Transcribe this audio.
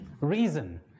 Reason